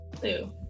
Blue